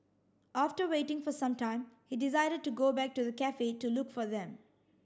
after waiting for some time he decided to go back to the cafe to look for them